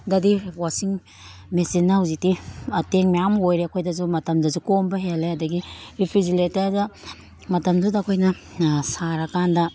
ꯗꯗꯤ ꯋꯥꯁꯤꯡ ꯃꯦꯆꯤꯟꯅ ꯍꯧꯖꯤꯛꯇꯤ ꯃꯇꯦꯡ ꯃꯌꯥꯝ ꯑꯣꯏꯔꯦ ꯑꯩꯈꯣꯏꯗꯁꯨ ꯃꯇꯝꯗꯁꯨ ꯀꯣꯝꯕ ꯍꯦꯜꯂꯦ ꯑꯗꯒꯤ ꯔꯤꯐ꯭ꯔꯤꯖꯦꯔꯦꯇꯔꯗ ꯃꯇꯝꯗꯨꯗ ꯑꯩꯈꯣꯏꯅ ꯁꯥꯔ ꯀꯥꯟꯗ